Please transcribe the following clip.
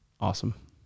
awesome